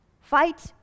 fight